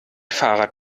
fahrrad